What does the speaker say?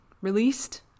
released